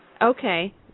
Okay